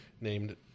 named